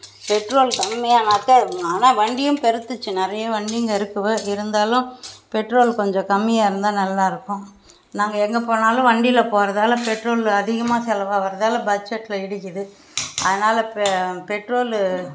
petrol கம்மியானா தான் ஆனால் வண்டியும் பெருத்துச்சு நிறையா வண்டிங்க இருக்கு இருந்தாலும் பெட்ரோல் கொஞ்சம் கம்மியாக இருந்தா நல்லாயிருக்கும் நாங்கள் எங்கே போனாலும் வண்டியில போகிறதால பெட்ரோல் அதிகமாக செலவாவிறதால பட்ஜெடில் இடிக்குது அதனால பே பெட்ரோலு